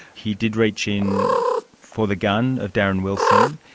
he did reach in for the gun of darren wilson.